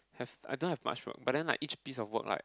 have I don't have much work but then like each piece of work right